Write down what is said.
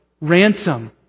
ransom